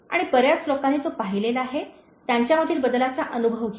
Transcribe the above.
आणि बर्याच लोकांनी तो पाहिलेला आहे त्यांच्यामधील बदलाचा अनुभव घ्या